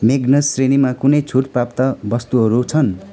Magnus श्रेणीमा कुनै छुट प्राप्त वस्तुहरू छन्